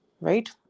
Right